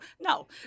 No